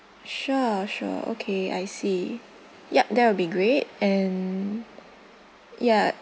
sure sure okay I see yup that will be great and ya